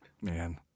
Man